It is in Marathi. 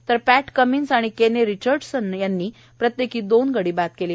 तर पॅट कमिन्स आणि केने रिचर्डसन यांनी प्रत्येकी दोन गडी बाद केले